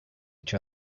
each